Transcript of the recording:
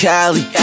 Cali